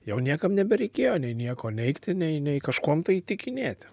jau niekam nebereikėjo nei nieko neigti nei nei kažkuom tai įtikinėti